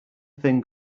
thing